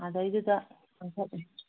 ꯑꯗꯩꯗꯨꯗ ꯑꯃꯨꯛ